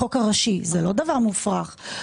זהו לא דבר מופרך.